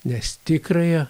nes tikrąją